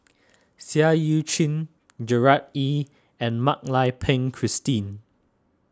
Seah Eu Chin Gerard Ee and Mak Lai Peng Christine